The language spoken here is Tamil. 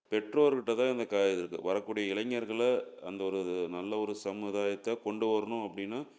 பெற்றோர்கள்ட்ட தான் இந்த க இது இருக்குது வரக்கூடிய இளைஞர்களை அந்த ஒரு நல்ல ஒரு சமுதாயத்தைக் கொண்டு வரணும் அப்படின்னா